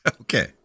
Okay